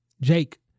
Jake